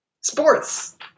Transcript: Sports